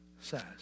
says